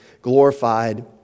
Glorified